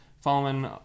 Following